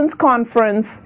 Conference